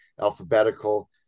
alphabetical